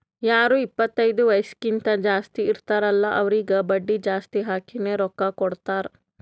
ಯಾರು ಇಪ್ಪತೈದು ವಯಸ್ಸ್ಕಿಂತಾ ಜಾಸ್ತಿ ಇರ್ತಾರ್ ಅಲ್ಲಾ ಅವ್ರಿಗ ಬಡ್ಡಿ ಜಾಸ್ತಿ ಹಾಕಿನೇ ರೊಕ್ಕಾ ಕೊಡ್ತಾರ್